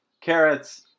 carrots